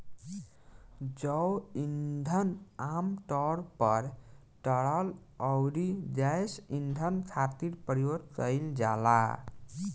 जैव ईंधन आमतौर पर तरल अउरी गैस ईंधन खातिर प्रयोग कईल जाला